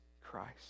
Christ